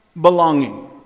belonging